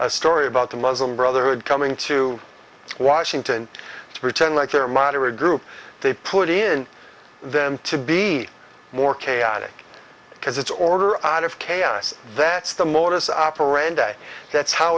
a story about the muslim brotherhood coming to washington to pretend like they're moderate group they put in them to be more chaotic because it's order out of chaos that's the modus operandi that's how